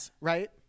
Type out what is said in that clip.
Right